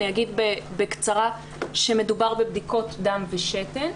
אני אגיד בקצרה שמדובר בבדיקות דם ושתן.